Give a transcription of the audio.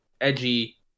edgy